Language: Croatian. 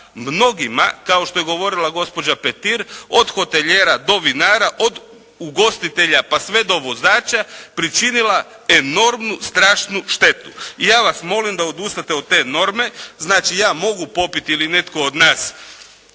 mnogima, kao što je govorila gospođa Petir od hotelijera do vinara, od ugostitelja pa sve do vozača pričinila enormnu strašnu štetu i ja vas molim da odustanete od te norme. Znači, ja mogu popiti ili netko od nas